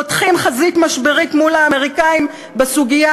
פותחים חזית משברית מול האמריקנים בסוגיה